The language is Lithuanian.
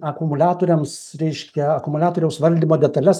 akumuliatoriams reiškią akumuliatoriaus valdymo detales